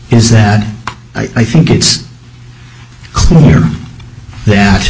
is that i think it's clear that